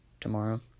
tomorrow